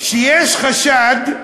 כשיש חשד,